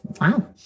wow